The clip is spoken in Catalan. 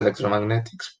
electromagnètics